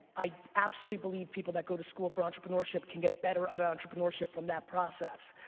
i absolutely believe people that go to school for entrepreneurship can get better at entrepreneurship from that process.